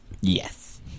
Yes